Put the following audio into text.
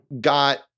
got